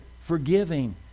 forgiving